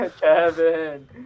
Kevin